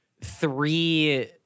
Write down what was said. three